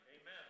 Amen